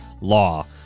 law